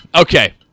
Okay